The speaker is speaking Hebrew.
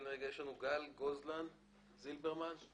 היא